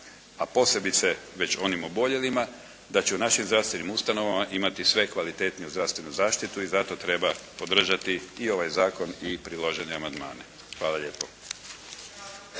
a posebice već onim oboljelima. Da će u našim zdravstvenim ustanovama imati sve kvalitetniju zdravstvenu zaštiti u zato treba podržati i ovaj zakon i priložene amandmane. Hvala lijepo.